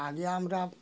আগে আমরা